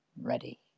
ready